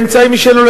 באמצעים משלו,